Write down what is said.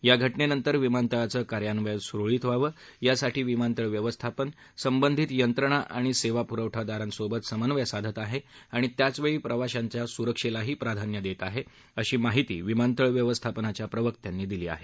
या घटनेनंतर विमानतळाचं कार्यान्वय सुरळीत व्हावं यासाठी विमानतळ व्यवस्थापन संबंधित यंत्रणा आणि सेवा पुरवठादारांसोबत समन्वय साधत आहे आणि त्याचवेळी प्रवाशांच्या सुरक्षेलाही प्राधान्य देत आहे अशी माहिती विमानतळ व्यवस्थापनाच्या प्रवक्त्यांनी दिली आहे